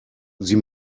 sie